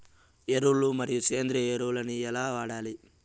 ఎరువులు మరియు సేంద్రియ ఎరువులని ఎలా వాడాలి?